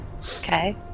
okay